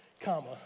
comma